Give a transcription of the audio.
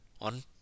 on